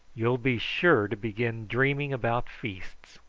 you'll be sure to begin dreaming about feasts.